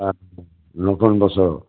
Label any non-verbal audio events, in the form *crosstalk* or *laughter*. *unintelligible* নতুন বছৰ